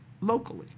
locally